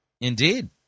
Indeed